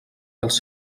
els